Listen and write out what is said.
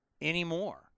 anymore